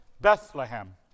Bethlehem